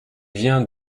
vient